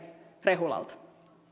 rehulalta